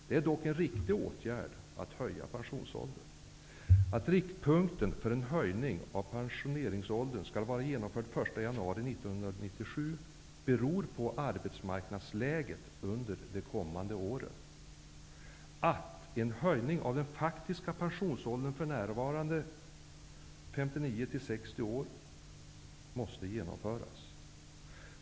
Det är dock en riktig åtgärd att höja pensionsåldern. januari 1997 beror på arbetsmarknadsläget under de kommande åren. -- En höjning av den faktiska pensionsåldern, för närvarande 59--60 år, måste genomföras.